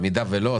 במידה ולא,